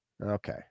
Okay